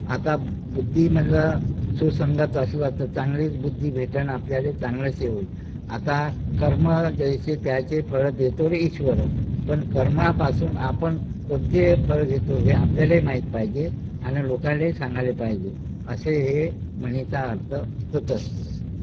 आता बुद्धी म्हणलं सुसंगत असलं तर चांगलीच बुद्धी भेटेन आपल्याला चांगलंच हे होईल आता कर्म जैसे त्याचे फळं देतो रे ईश्वर पण कर्मापासून आपण कोणते फळ घेतो हे आपल्यालाही माहीत पाहिजे आणि लोकालाही सांगायला पाहिजे असे हे म्हणीचा अर्थ होत असते